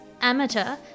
Amateur